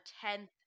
tenth